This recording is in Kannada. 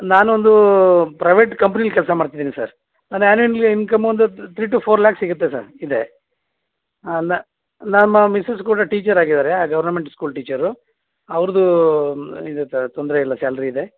ನಾನೊಂದು ಪ್ರೈವೇಟ್ ಕಂಪ್ನಿಲಿ ಕೆಲಸ ಮಾಡ್ತಿದ್ದೀನಿ ಸರ್ ನನ್ನ ಆ್ಯನುಅಲ್ಲಿ ಇನ್ಕಮ್ ಒಂದು ತ್ರೀ ಟೂ ಫೋರ್ ಲ್ಯಾಕ್ ಸಿಗುತ್ತೆ ಸರ್ ಇದೆ ಹಾಂ ನಮ್ಮ ಮಿಸ್ಸೆಸ್ ಕೂಡ ಟೀಚರಾಗಿದ್ದಾರೆ ಗೌರ್ನಮೆಂಟ್ ಸ್ಕೂಲ್ ಟೀಚರು ಅವ್ರದ್ದೂ ಇದೆ ಸರ್ ತೊಂದರೆಯಿಲ್ಲ ಸ್ಯಾಲ್ರಿ ಇದೆ